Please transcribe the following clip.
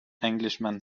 englishman